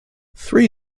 three